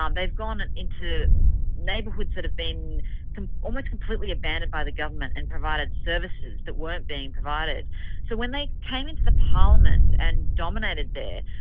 um they've gone into neighbourhoods that have been almost completely abandoned by the government and provided services that weren't being provided. so when they came into the parliament and dominated there,